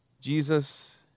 Jesus